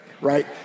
right